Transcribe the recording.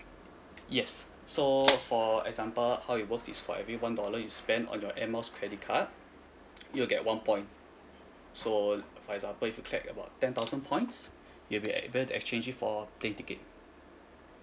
yes so for example how it works is for every one dollar you spend on your air miles credit card you get one point so for example if you collect about ten thousand points you'll be able to exchange it for plane ticket